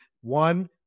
One